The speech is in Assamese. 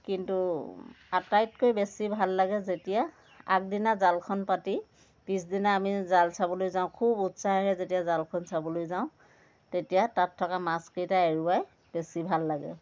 কিন্তু আটাইতকৈ বেছি ভাল লাগে যেতিয়া আগদিনা জালখন পাতি পিছদিনা আমি জাল চাবলৈ যাওঁ খুব উৎসাহেৰে যেতিয়া জালখন চাবলৈ যাওঁ তেতিয়া তাত থকা মাছকেইটা এৰুৱাই বেছি ভাল লাগে